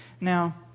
Now